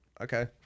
okay